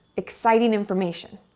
exciting information,